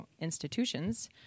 institutions